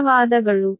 ಧನ್ಯವಾದಗಳು